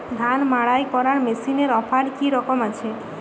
ধান মাড়াই করার মেশিনের অফার কী রকম আছে?